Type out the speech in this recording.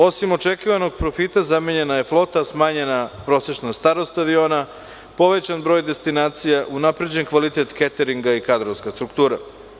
Osim očekivanog profita, zamenjena je flota, smanjena prosečna starost aviona, povećan broj destinacija, unapređen kvalitet keteringa i kadrovska struktura.